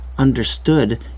Understood